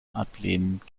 ablehnend